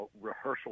rehearsal